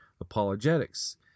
apologetics